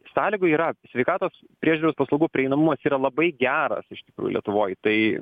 sąlygų yra sveikatos priežiūros paslaugų prieinamumas yra labai geras iš tikrųjų lietuvoj tai